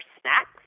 snacks